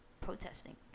protesting